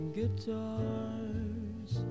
guitars